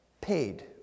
paid